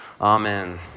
Amen